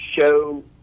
show